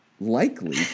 Likely